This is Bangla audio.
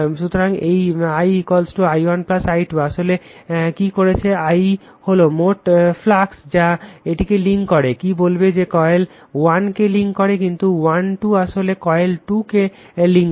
সুতরাং এই 1 1 1 1 2 আসলে কি করছে 1 হল মোট ফ্লাক্স যা এটিকে লিঙ্ক করে কি বলবো যে কয়েল 1 কে লিঙ্ক করে কিন্তু 1 2 আসলে কয়েল 2 কে লিঙ্ক করে